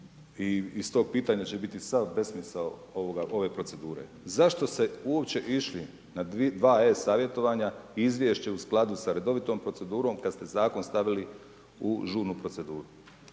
i iz tog pitanja će biti sav besmisao ove procedure. Zašto ste uopće išli na 2 e-savjetovanja i izvješće u skladu s redovitom procedurom, kad ste Zakon stavili u žurnu proceduru?